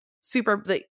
super